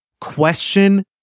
question